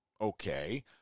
okay